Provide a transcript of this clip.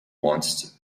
wants